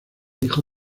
hijo